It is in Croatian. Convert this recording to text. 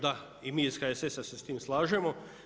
Da i mi iz HSS-a se s tim slažemo.